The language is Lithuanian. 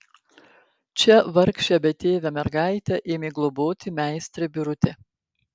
čia vargšę betėvę mergaitę ėmė globoti meistrė birutė